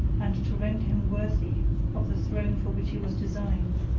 and to render him worthy of the throne for which he was designed.